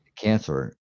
cancer